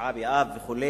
תשעה באב וכו',